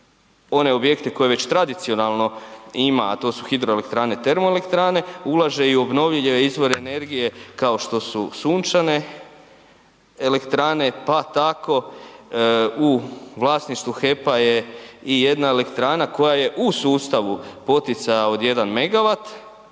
one objekte koje već tradicionalno ima a to su hidroelektrane, termoelektrane, ulaže i u obnovljive izvore energije kao što su sunčane elektrane pa tako u vlasništvu HEP-a je i jedna elektrana koja je u sustavu poticaja od 1